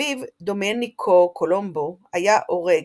אביו, דומניקו קולומבו, היה אורג.